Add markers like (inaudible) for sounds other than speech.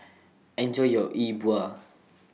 Enjoy your E Bua (noise)